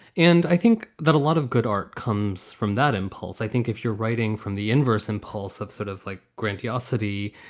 and i think that a lot of good art comes from that impulse. i think if you're writing from the inverse impulse of sort of like grandiosity,